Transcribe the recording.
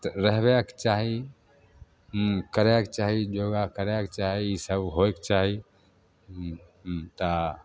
रहबेके चाही करयके चाही योगा करयके चाही ईसब होयके चाही तऽ